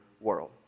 world